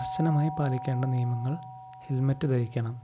കർശനമായി പാലിക്കേണ്ട നിയമങ്ങൾ ഹെൽമെറ്റ് ധരിക്കണം